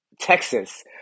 Texas